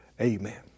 amen